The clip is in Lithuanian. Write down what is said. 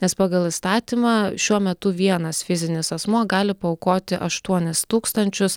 nes pagal įstatymą šiuo metu vienas fizinis asmuo gali paaukoti aštuonis tūkstančius